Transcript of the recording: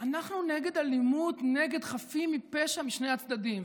אנחנו נגד אלימות נגד חפים מפשע משני הצדדים,